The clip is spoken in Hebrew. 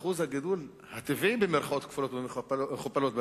שיעור הגידול הטבעי במירכאות כפולות ומכופלות,